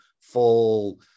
full